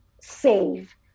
save